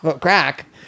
crack